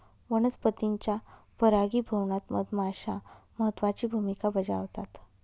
वनस्पतींच्या परागीभवनात मधमाश्या महत्त्वाची भूमिका बजावतात